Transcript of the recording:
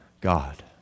God